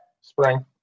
Spring